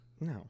No